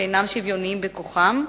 שאינם שוויוניים בכוחם,